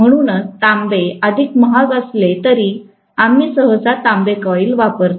म्हणूनच तांबे अधिक महाग असले तरीआम्ही सहसा तांबे कॉइल वापरतो